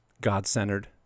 God-centered